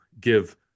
give